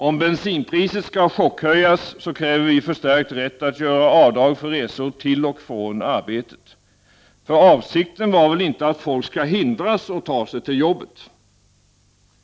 Om bensinpriset skall chockhöjas, kräver vi förstärkt rätt att göra avdrag för resor till och från arbetet. Avsikten var väl inte att folk skall hindras att ta sig till jobbet?